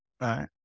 right